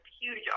huge